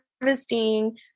Harvesting